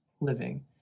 living